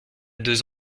deux